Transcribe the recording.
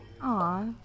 Aw